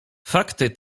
fakty